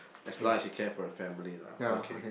as long as you care for a family lah okay